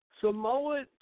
Samoa